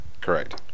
Correct